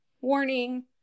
Warning